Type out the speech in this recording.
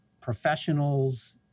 professionals